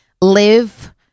live